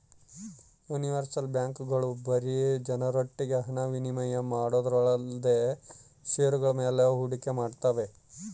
universal ಬ್ಯಾಂಕ್ಗಳು ಬರೀ ಜನರೊಟ್ಟಿಗೆ ಹಣ ವಿನಿಮಯ ಮಾಡೋದೊಂದೇಲ್ದೆ ಷೇರುಗಳ ಮೇಲೆ ಹೂಡಿಕೆ ಮಾಡ್ತಾವೆ